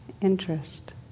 interest